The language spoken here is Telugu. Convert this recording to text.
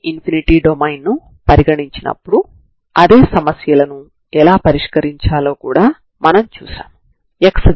u2xt12c0txcx chys dy ds మీ సమస్యకు రెండవ పరిష్కారం అవుతుంది